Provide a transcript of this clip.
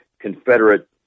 Confederate